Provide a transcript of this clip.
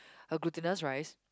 her glutinous rice